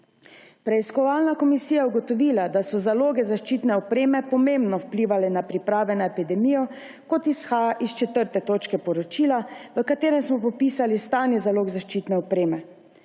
Preiskovalna komisija je ugotovila, da so zaloge zaščitne opreme pomembno vplivale na priprave na epidemijo, kot izhaja iz 4. točke poročila, v katerem smo popisali stanje zalog zaščitne opreme.